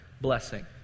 blessing